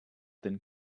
than